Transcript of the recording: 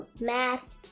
Math